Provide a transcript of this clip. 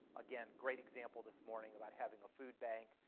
again, great example this morning about having a food bank,